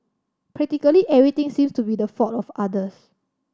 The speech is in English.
practically everything seems to be the fault of others